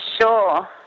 sure